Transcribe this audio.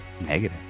Negative